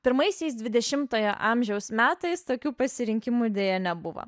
pirmaisiais dvidešimtojo amžiaus metais tokių pasirinkimų deja nebuvo